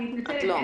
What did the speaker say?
אני מתנצלת,